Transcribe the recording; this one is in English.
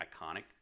iconic